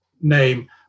name